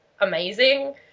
amazing